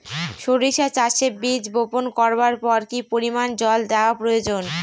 সরিষা চাষে বীজ বপন করবার পর কি পরিমাণ জল দেওয়া প্রয়োজন?